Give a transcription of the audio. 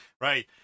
Right